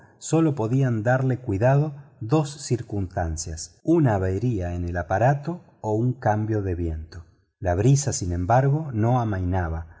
sólo podían darle cuidado dos circunstancias una avería en el aparato o un cambio de viento la brisa sin embargo no amainaba